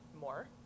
more